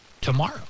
tomorrow